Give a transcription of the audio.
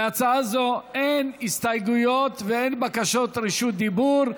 להצעה זו אין הסתייגויות ואין בקשות רשות דיבור.